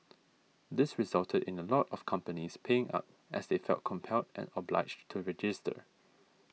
this resulted in a lot of companies paying up as they felt compelled and obliged to register